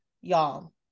y'all